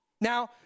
Now